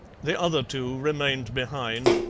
the other two remained behind,